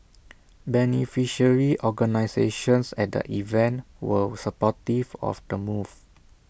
beneficiary organisations at the event were supportive of the move